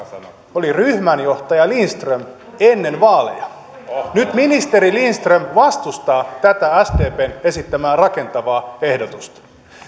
oli ryhmänjohtaja lindström ennen vaaleja nyt ministeri lindström vastustaa tätä sdpn esittämää rakentavaa ehdotusta